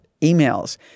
emails